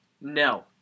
No